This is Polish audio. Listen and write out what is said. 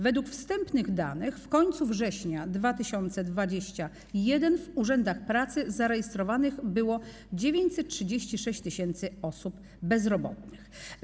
Według wstępnych danych na koniec września 2021 r. w urzędach pracy było zarejestrowanych 936 tys. osób bezrobotnych.